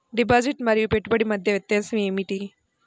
Deposit మరియు పెట్టుబడి మధ్య వ్యత్యాసం ఏమిటీ?